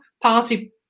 party